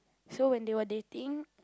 so when they were dating